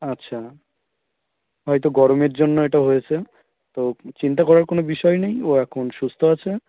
আচ্ছা হয়তো গরমের জন্য এটা হয়েছে তো চিন্তা করার কোনো বিষয় নেই ও এখন সুস্থ আছে